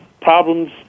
problems